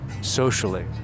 socially